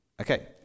Okay